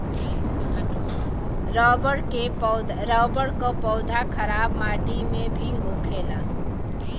rubber क पौधा खराब माटी में भी होखेला